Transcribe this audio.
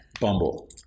Bumble